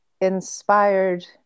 inspired